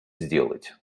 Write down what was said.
сделать